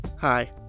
Hi